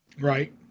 Right